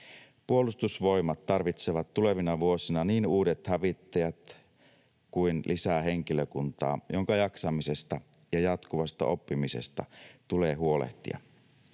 Puolustusvoimat tarvitsevat tulevina vuosina niin uudet hävittäjät kuin lisää henkilökuntaa, jonka jaksamisesta ja jatkuvasta oppimisesta tulee huolehtia.